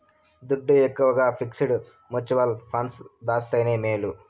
దుడ్డు ఎక్కవగా fixed mutual funds దాస్తేనే మేలు